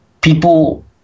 People